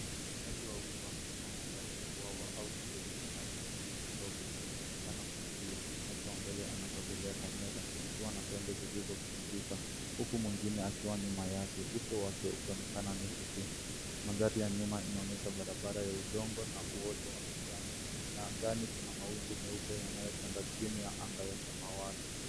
Nyati wawili wamesimama ndani ya bwawa au sehemu ya maji yenye matope, wakioekana kutulia. Nyati wa mbele anakodoloa kamera akiwa na pembe zilizokunjika, huku mwingine akiwa nyuma yake, uso wake ukionekana nusu tu. Mandhari ya nyuma inaonyesha barabara ya udongo na uota wa kijani, na angani kuna mawingi meupe yanayotanda chini ya anga ya samawati.